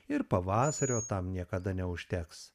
ir pavasario tam niekada neužteks